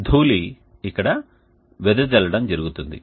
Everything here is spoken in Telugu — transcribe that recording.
ధూళి ఇక్కడ వెదజల్లడం జరుగుతుంది